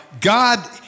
God